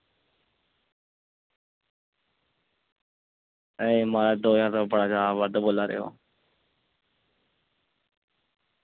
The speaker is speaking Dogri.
एह् म्हाराज तुस पैसे बद्ध बोल्ला दे ओ